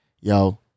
yo